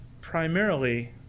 primarily